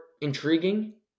intriguing